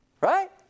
Right